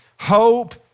Hope